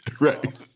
Right